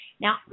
Now